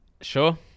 sure